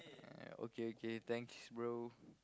okay okay thanks bro